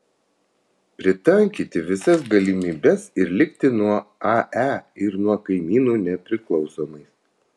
pritaikyti visas galimybes ir likti nuo ae ir nuo kaimynų nepriklausomais